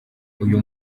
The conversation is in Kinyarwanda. uyu